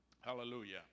Hallelujah